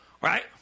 Right